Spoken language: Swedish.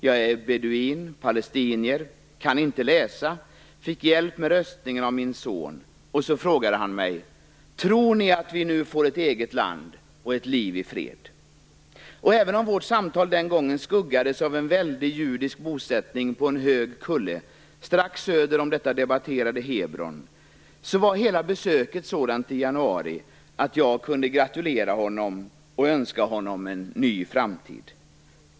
Jag är beduin, palestinier och kan inte läsa. Jag fick hjälp med röstningen av min son." Sedan frågade han mig: "Tror ni att vi nu får ett eget land och ett liv i fred?" Och även om vårt samtal den gången skuggades av en väldig judisk bosättning på en hög kulle strax söder om det debatterade Hebron, var hela besöket i januari sådant att jag kunde gratulera honom och önska honom en ny framtid.